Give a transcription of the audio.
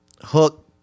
Hook